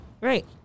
Right